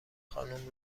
خانم